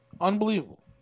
Unbelievable